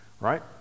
Right